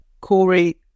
Corey